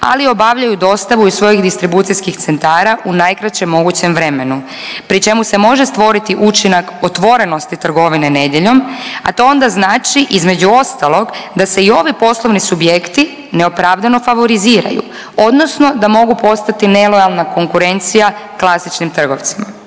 ali obavljaju dostavu iz svojih distribucijskih centara u najkraćem mogućem vremenu pri čemu se može stvoriti učinak otvorenosti trgovine nedjeljom, a to onda znači između ostalog da se i ovi poslovni subjekti neopravdano favoriziraju odnosno da mogu postati nelojalna konkurencija klasičnim trgovcima.